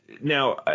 Now